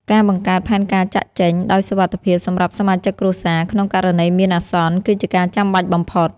ការបង្កើតផែនការចាកចេញដោយសុវត្ថិភាពសម្រាប់សមាជិកគ្រួសារក្នុងករណីមានអាសន្ន គឺជាការចាំបាច់បំផុត។